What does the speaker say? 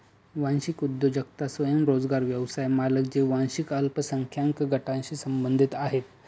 वांशिक उद्योजकता स्वयंरोजगार व्यवसाय मालक जे वांशिक अल्पसंख्याक गटांशी संबंधित आहेत